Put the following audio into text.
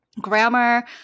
grammar